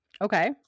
Okay